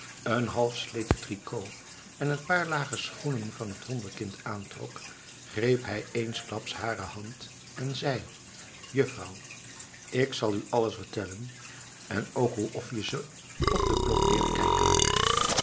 een halfsleten tricot en een paar lage schoenen van het wonderkind aantrok greep hij eensklaps hare hand en zei juffrouw ik zal u alles vertellen en ook hoe of je ze op de klok leert kijken